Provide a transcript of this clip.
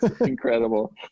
Incredible